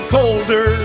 colder